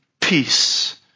peace